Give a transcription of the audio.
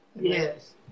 Yes